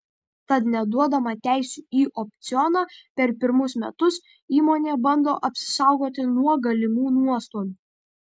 tad neduodama teisių į opcioną per pirmus metus įmonė bando apsisaugoti nuo galimų nuostolių